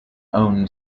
owned